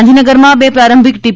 ગાંધીનગરમાં બે પ્રારંભિક ટી